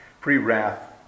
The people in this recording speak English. pre-wrath